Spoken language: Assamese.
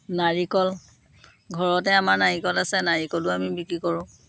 নাৰিকল ঘৰতে আমাৰ নাৰিকল আছে নাৰিকলো আমি বিক্ৰী কৰোঁ